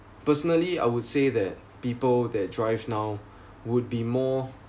personally I would say that people that drive now would be more